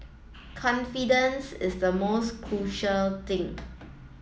confidence is the most crucial thing